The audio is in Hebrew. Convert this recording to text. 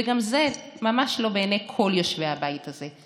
וגם זה ממש לא בעיני כל יושבי הבית הזה.